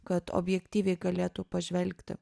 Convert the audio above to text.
kad objektyviai galėtų pažvelgti